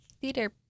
theater